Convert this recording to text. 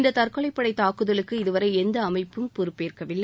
இந்த தற்கொலைப் படை தாக்குதலுக்கு இதுவரை எந்த அமைப்பும் பொறுப்பேற்கவில்லை